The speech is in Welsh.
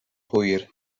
hwyr